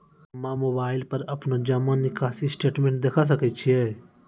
हम्मय मोबाइल पर अपनो जमा निकासी स्टेटमेंट देखय सकय छियै?